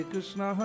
Krishna